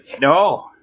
No